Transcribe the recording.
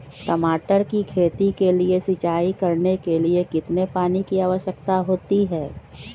टमाटर की खेती के लिए सिंचाई करने के लिए कितने पानी की आवश्यकता होती है?